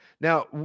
Now